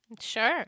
Sure